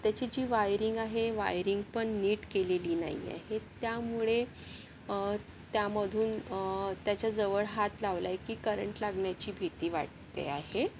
त्याची जी वायरिंग आहे वायरिंग पण नीट केलेली नाही आहे त्यामुळे त्यामधून त्याच्याजवळ हात लावला आहे की करंट लागण्याची भीती वाटते आहे